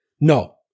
no